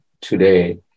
today